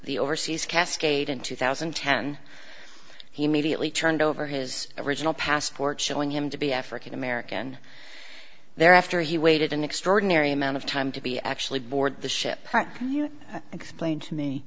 the overseas kaskade in two thousand and ten he immediately turned over his original passport showing him to be african american there after he waited an extraordinary amount of time to be actually board the ship you explain to me